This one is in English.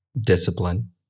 discipline